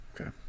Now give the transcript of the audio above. Okay